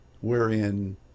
wherein